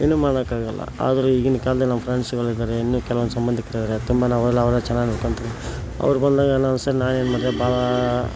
ಏನೂ ಮಾಡೋಕ್ಕಾಗಲ್ಲ ಆದರೂ ಈಗಿನ ಕಾಲ್ದಲ್ಲಿ ನಮ್ಮ ಫ್ರೆಂಡ್ಸ್ಗಳಿದ್ದಾರೆ ಇನ್ನೂ ಕೆಲ್ವೊಂದು ಸಂಬಂಧಿಕರಿದ್ದಾರೆ ತುಂಬಾ ಅವ್ರನ್ನೂ ಚೆನ್ನಾಗಿ ನೋಡ್ಕತಿವಿ ಅವ್ರು ಬಂದಾಗ ನಾವು ಸರ್ ನಾ ಏನು ಮಾಡಿದೆ ಭಾಳ